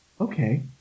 Okay